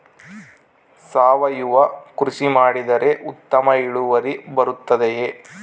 ಸಾವಯುವ ಕೃಷಿ ಮಾಡಿದರೆ ಉತ್ತಮ ಇಳುವರಿ ಬರುತ್ತದೆಯೇ?